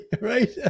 right